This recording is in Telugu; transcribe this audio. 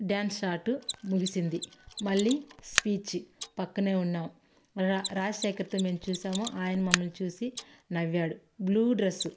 డ్యాన్స్ ఆర్ట్ ముగిసింది మళ్ళీ స్పీచ్ పక్కనే ఉన్నాం రా రాజశేఖర్తో మేము చూసాం ఆయన మమ్మల్ని చూసి నవ్వాడు బ్లూ డ్రస్సు